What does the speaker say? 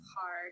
hard